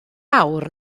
awr